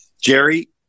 jerry